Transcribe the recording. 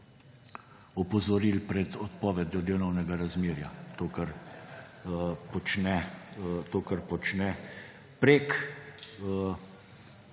opozoril pred odpovedjo delovnega razmerja; to, kar počne prek